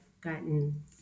gotten